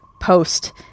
post